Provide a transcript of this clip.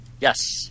Yes